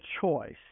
choice